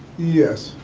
yes.